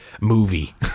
movie